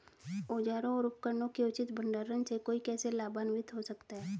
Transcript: औजारों और उपकरणों के उचित भंडारण से कोई कैसे लाभान्वित हो सकता है?